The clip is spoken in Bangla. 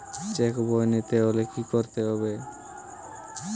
চেক বই নিতে হলে কি করতে হবে?